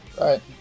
right